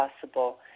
possible